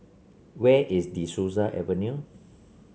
where is De Souza Avenue